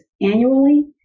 annually